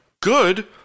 Good